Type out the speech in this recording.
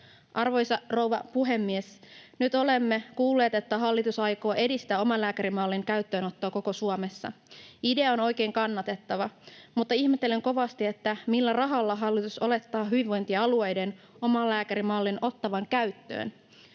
Arvoisa rouva puhemies! Nyt olemme kuulleet, että hallitus aikoo edistää omalääkärimallin käyttöönottoa koko Suomessa. Idea on oikein kannatettava, mutta ihmettelen kovasti, millä rahalla hallitus olettaa hyvinvointialueiden ottavan omalääkärimallin käyttöön.